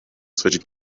switching